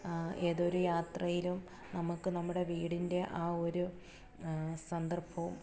ഏതൊരു യാത്രയിലും നമുക്ക് നമ്മുടെ വീടിൻ്റെ ആ ഒരു സന്ദർഭവും